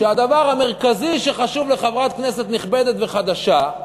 שהדבר המרכזי שחשוב לחברת כנסת נכבדת וחדשה,